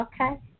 Okay